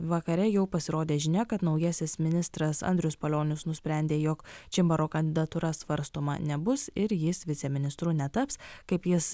vakare jau pasirodė žinia kad naujasis ministras andrius palionis nusprendė jog čimbaro kandidatūra svarstoma nebus ir jis viceministru netaps kaip jis